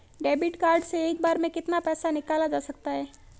Debit card से एक बार में कितना पैसा निकाला जा सकता है?